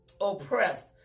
oppressed